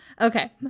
Okay